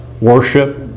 Worship